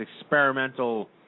experimental